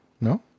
No